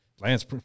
Lance